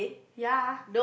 ya